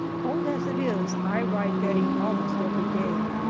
cold as it is, i ride bettie almost every day,